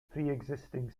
preexisting